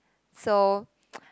so